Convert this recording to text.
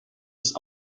ist